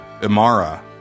Imara